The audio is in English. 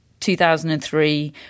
2003